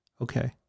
Okay